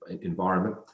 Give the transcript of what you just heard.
environment